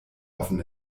offen